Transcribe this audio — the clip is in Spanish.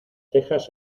cejas